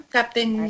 Captain